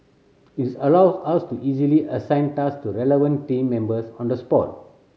its allows us to easily assign tasks to relevant team members on the spot